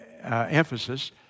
emphasis